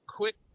quick